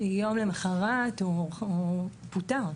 יום למחרת הוא פוטר.